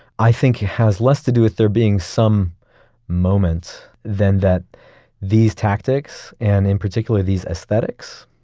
i think it has less to do with there being some moment then that these tactics, and in particular these aesthetics,